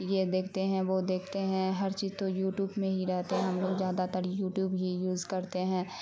یہ دیکھتے ہیں وہ دیکھتے ہیں ہر چیز تو یوٹوب میں ہی رہتے ہیں ہم لوگ زیادہ تر یوٹوب ہی یوز کرتے ہیں